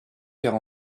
faire